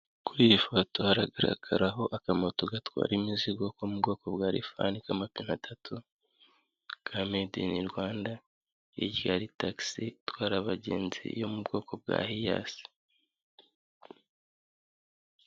Kuri iyi foto haragaragaraho akamoto gatwara imizigo ko mu bwoko bwa rifani k'amapine atatu, ka meyide ini Rwanda, hirya hari tagisi itwara abagenzi yo mu bwoko bwa hiyasi.